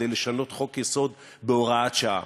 כדי לשנות חוק-יסוד בהוראת שעה.